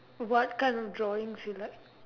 what kind of drawings you like